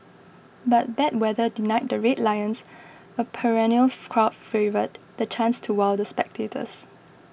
but bad weather denied the Red Lions a perennial crowd favourite the chance to wow the spectators